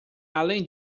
além